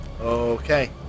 Okay